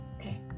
okay